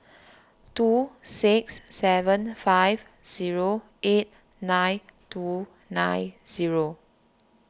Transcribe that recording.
two six seven five zero eight nine two nine zero